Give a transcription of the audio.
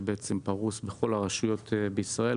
שבעצם פרוס בכל הרשויות בישראל.